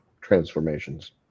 transformations